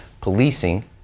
policing